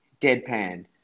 deadpan